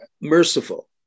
merciful